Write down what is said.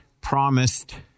promised